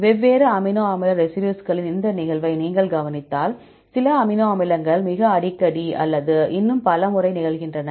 வெவ்வேறு அமினோ அமில ரெசிடியூஸ்களின் இந்த நிகழ்வை நீங்கள் கவனித்தால் சில அமினோ அமிலங்கள் மிக அடிக்கடி அல்லது இன்னும் பல முறை நிகழ்கின்றன